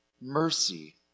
mercy